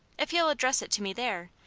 if you'll address it to me there,